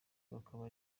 bakaba